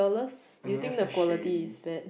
I mean that's quite shady